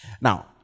Now